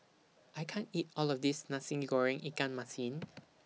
I can't eat All of This Nasi Goreng Ikan Masin